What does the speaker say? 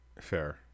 Fair